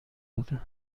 بودند